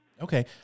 Okay